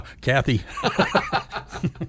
Kathy